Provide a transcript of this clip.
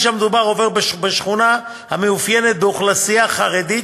הכביש המדובר עובר בשכונה המתאפיינת באוכלוסייה חרדית,